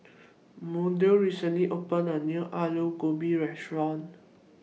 Maudie recently opened A New Alu Gobi Restaurant